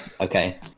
Okay